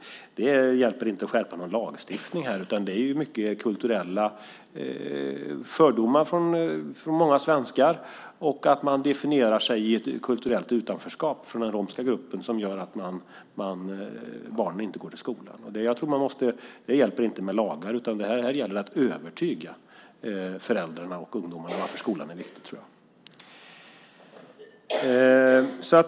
Det hjälper inte att skärpa lagstiftningen. Det är fråga om mycket kulturella fördomar från många svenskar. Och från den romska gruppen definierar man det som att man är i ett kulturellt utanförskap, vilket gör att barnen inte går till skolan. Då hjälper det inte med lagar, utan här tror jag att det gäller att övertyga föräldrarna och ungdomarna om att skolan är viktig.